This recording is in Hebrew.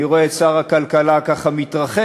אני רואה את שר הכלכלה ככה מתרחק,